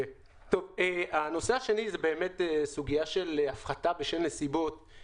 לגבי הסוגיה של הפחתה בשל נסיבות,